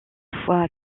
foi